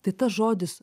tai tas žodis